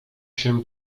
się